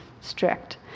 Strict